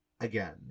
again